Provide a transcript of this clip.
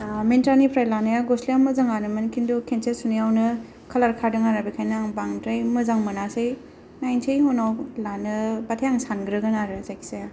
मिनट्रानिफ्राय लानाया गस्लाया मोजाङानोमोन किन्थु खेबसे सुनायावनो कालार खारदों आरो बेखायनो आङो बांद्राय मोजां मोनासै नायनिसै उनाव लानोबाथाय आं सानग्रोगोन आरो जायखिजाया